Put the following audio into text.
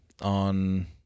On